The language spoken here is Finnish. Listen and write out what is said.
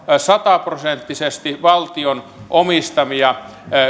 sata prosenttisesti valtion omistamia